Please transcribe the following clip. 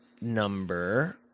number